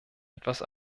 etwas